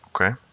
Okay